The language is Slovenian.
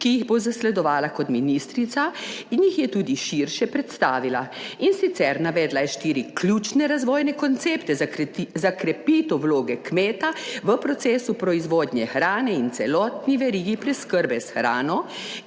ki jih bo zasledovala kot ministrica in jih je tudi širše predstavila. In sicer, navedla je štiri ključne razvojne koncepte za krepitev vloge kmeta v procesu proizvodnje hrane in celotni verigi preskrbe s hrano,